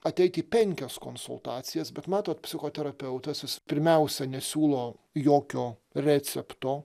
ateit į penkias konsultacijas bet matot psichoterapeutas jis pirmiausia nesiūlo jokio recepto